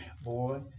boy